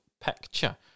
picture